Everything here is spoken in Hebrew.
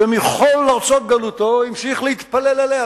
שמכל ארצות גלותו המשיך להתפלל אליה,